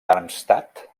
darmstadt